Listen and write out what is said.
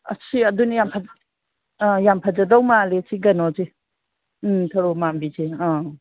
ꯑꯁꯤ ꯑꯗꯨꯅꯤ ꯌꯥꯝ ꯑꯥ ꯌꯥꯝ ꯐꯖꯗꯧ ꯃꯥꯜꯂꯦ ꯁꯤ ꯀꯩꯅꯣꯁꯦ ꯎꯝ ꯊꯔꯣ ꯃꯥꯟꯕꯤꯁꯦ ꯑꯥ